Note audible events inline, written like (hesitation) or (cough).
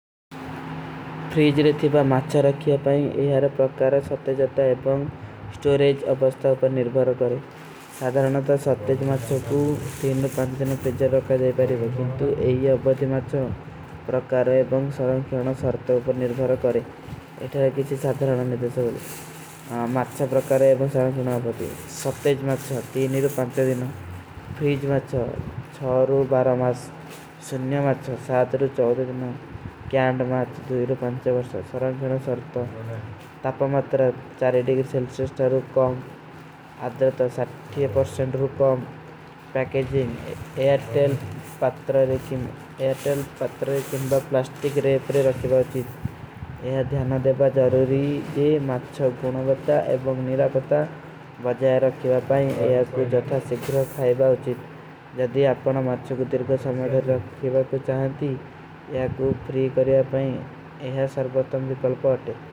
ଫ୍ରୀଜ ଲେତେ ବାଦ ମାଚ୍ଚା ରଖିଯା ପାଈ, ଯହାରେ ପ୍ରକାର ସପ୍ଟେଜ ଅପ୍ଟା ଏବଂଗ ସ୍ଟୋରେଜ ଅପସ୍ଟା ଅପର ନିର୍ଭର କରେଂ। ସାଧରନା ତା ସପ୍ଟେଜ ମାଚ୍ଚା କୁଛ (hesitation) ଦିନା ପ୍ରିଜ୍ଜା ରଖା ଜାଈ ବାଈ। (unintelligible)